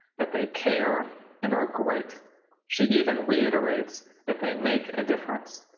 that they care and are great she even reiterates that they make a difference